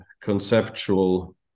conceptual